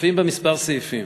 מופיעים בה כמה סעיפים.